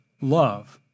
love